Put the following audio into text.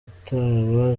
ataba